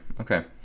okay